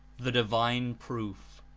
the divine proof,